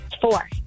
four